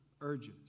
urges